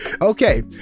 Okay